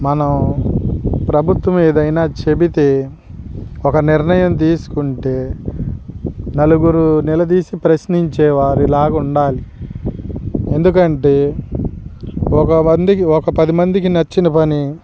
మనం ప్రభుత్వం ఏదైనా చెబితే ఒక నిర్ణయం తీసుకుంటే నలుగురు నిలదీసి ప్రశ్నించే వారి లాగుండాలి ఎందుకంటే ఒక మందికి ఒక పదిమందికి నచ్చిన పని